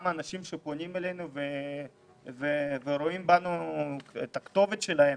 אנשים שפונים אלינו ורואים בנו את הכתובת שלהם.